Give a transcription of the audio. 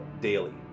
daily